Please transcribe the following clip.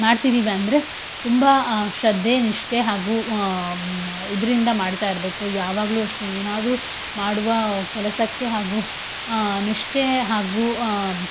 ಮಾಡ್ತಿದೀವಿ ಅಂದರೆ ತುಂಬ ಶ್ರದ್ಧೆ ನಿಷ್ಠೆ ಹಾಗೂ ಇದರಿಂದ ಮಾಡ್ತಾ ಇರಬೇಕು ಯಾವಾಗಲೂ ಅಷ್ಟೆ ಏನಾದರೂ ಮಾಡುವ ಕೆಲಸಕ್ಕೆ ಹಾಗೂ ನಿಷ್ಠೆ ಹಾಗೂ